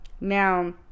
now